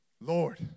Lord